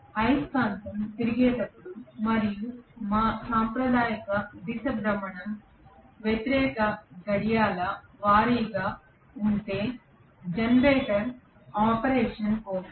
అయస్కాంతం తిరిగేటప్పుడు మరియు మా సాంప్రదాయిక దిశ భ్రమణ వ్యతిరేక గడియారాల వారీగా ఉంటే జనరేటర్ ఆపరేషన్ కోసం